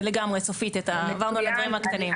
לגמרי, סופית, עברנו על הדברים הקטנים.